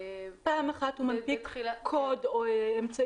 --- פעם אחת הוא מנפיק קוד או אמצעי